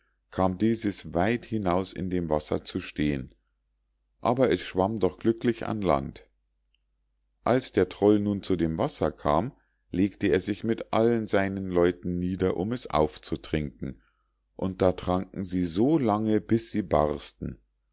kam dieses weit hinaus in dem wasser zu stehen aber es schwamm doch glücklich ans land als der troll nun zu dem wasser kam legte er sich mit allen seinen leuten nieder um es aufzutrinken und da tranken sie so lange bis sie barsten